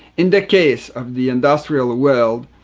in the case of the industrial ah world,